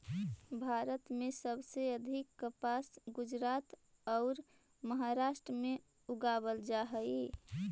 भारत में सबसे अधिक कपास गुजरात औउर महाराष्ट्र में उगावल जा हई